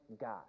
God